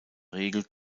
regel